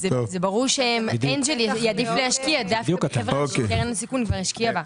זה ברור שאנג'ל יעדיף להשקיע דווקא בחברה שקרן הון סיכון כבר השקיעה בה,